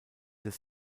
des